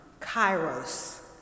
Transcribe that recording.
kairos